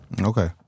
Okay